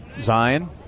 Zion